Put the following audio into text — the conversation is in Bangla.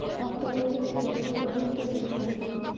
অক্টোবর থেকে ফেব্রুয়ারি পর্যন্ত রবি মৌসুম